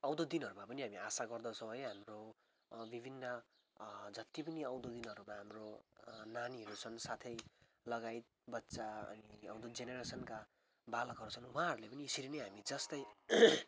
आउँदो दिनहरूमा पनि हामी आशा गर्दछौँ है हाम्रो विभिन्न जति पनि आउँदो दिनहरूमा हाम्रो नानीहरू छन् साथै लगायत बच्चा अनि आउँदो जेनेरेसनका बालकहरू छन् उहाँहरूले पनि यसरी नै हामी जस्तै